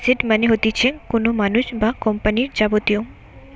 asset মানে হতিছে কোনো মানুষ বা কোম্পানির যাবতীয়